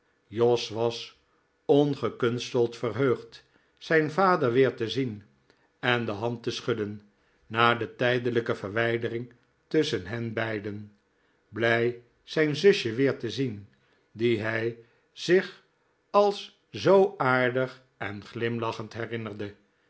jos was ongekunsteld verheugd zijn vader weer te zien en de hand te schudden na de tijdelijke verwijdering tusschen hen beiden blij zijn zusje weer te zien die hij zich als zoo aardig en glimlachend herinnerde